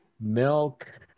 Milk